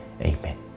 Amen